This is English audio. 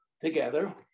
together